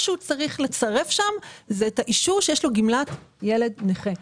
שהוא צריך לצרף זה את האישור שיש לו גמלת ילד נכה.